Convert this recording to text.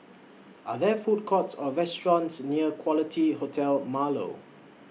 Are There Food Courts Or restaurants near Quality Hotel Marlow